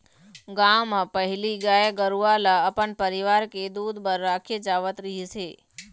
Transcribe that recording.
गाँव म पहिली गाय गरूवा ल अपन परिवार के दूद बर राखे जावत रहिस हे